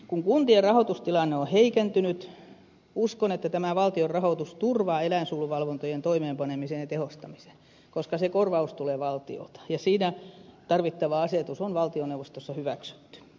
kun kuntien rahoitustilanne on heikentynyt uskon että tämä valtion rahoitus turvaa eläinsuojeluvalvontojen toimeenpanemisen ja tehostamisen koska se korvaus tulee valtiolta ja siinä tarvittava asetus on valtioneuvostossa hyväksytty